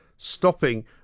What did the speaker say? stopping